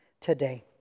today